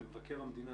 למבקר המדינה,